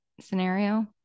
scenario